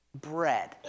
Bread